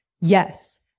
yes